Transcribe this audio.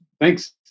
thanks